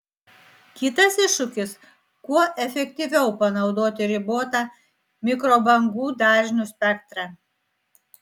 kitas iššūkis kuo efektyviau panaudoti ribotą mikrobangų dažnių spektrą